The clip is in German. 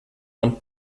man